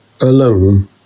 alone